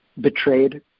betrayed